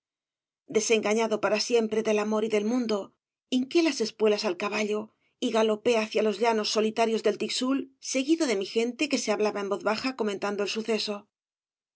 desengañado para siempre del amor y del mundo hinqué las espuelas al caballo y galopé hacia los llanos solitarios del tixul seguido de mi gente que se hablaba en voz baja comentando el suceso